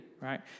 right